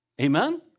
Amen